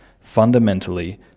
fundamentally